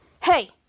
Hey